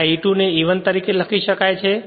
આ E2 ને E 1 તરીકે લખી શકાય છે